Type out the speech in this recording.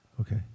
Okay